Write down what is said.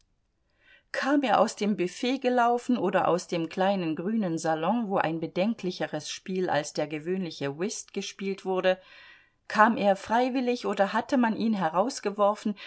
kam er aus dem büfett gelaufen oder aus dem kleinen grünen salon wo ein bedenklicheres spiel als der gewöhnliche whist gespielt wurde kam er freiwillig oder hatte man ihn herausgeworfen